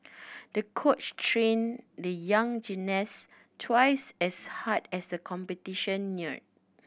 the coach trained the young gymnast twice as hard as the competition neared